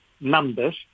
numbers